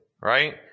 right